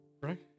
right